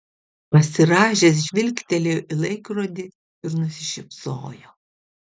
pasirąžęs žvilgtelėjo į laikrodį ir nusišypsojo